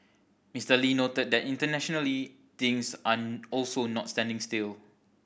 Mister Lee noted that internationally things an also not standing still